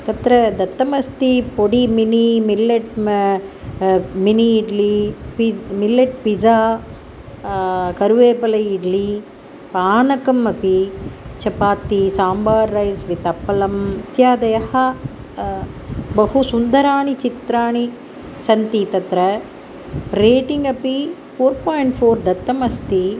तत्र दत्तम् अस्ति पोडि मिनि मिलेट् मा मिनि इड्लि पिज़् मिलेट् पिज़ा कर्वेपलै इड्लि पानकमपि चपाती साम्बार् रैस् वित् अप्पलम् इत्यादयः बहु सुन्दराणि चित्राणि सन्ति तत्र रेटिङ् अपि फ़ोर् पायिन्ट् फ़ोर् दत्तम् अस्ति